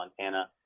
Montana